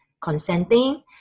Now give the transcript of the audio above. consenting